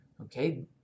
Okay